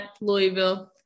Louisville